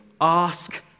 ask